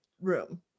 room